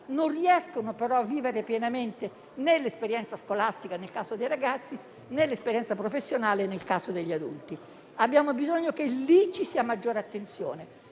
non riescono a vivere pienamente l'esperienza scolastica, nel caso dei ragazzi, e l'esperienza professionale, nel caso degli adulti. Abbiamo bisogno che in quei casi vi sia maggiore attenzione